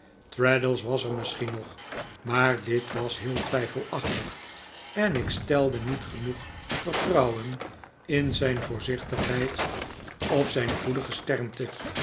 traddles was er misschien nog maar dit was heel twijfelachtig en ik stelde niet genoeg vertrouwen in zijn voorzichtigheid of zijn goede gesternte